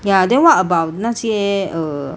ya then what about 那些 err